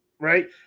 right